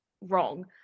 wrong